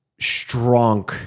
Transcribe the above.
strong